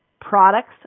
products